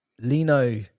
Lino